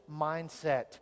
mindset